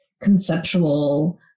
conceptual